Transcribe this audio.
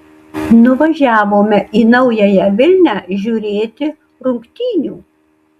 nuvažiavome į naująją vilnią žiūrėti rungtynių